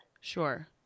sure